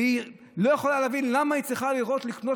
והיא לא יכולה להבין למה היא צריכה לראות ולקנות